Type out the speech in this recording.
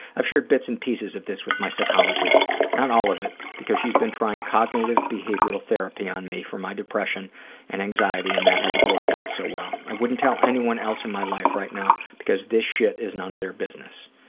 i've shared bits and pieces with my psychologist not all of it because she's been trying cognitive behavioral therapy on me for my depression and anxiety and that hasn't worked out so well. i wouldn't tell anyone else in my life right now because this shit is none of their business.